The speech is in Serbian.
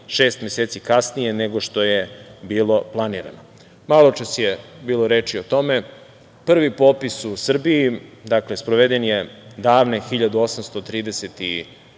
šest meseci kasnije, nego što je bilo planirano. Maločas je bilo reči o tome. Prvi popis u Srbiji, dakle, sproveden je davne 1834.